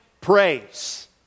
praise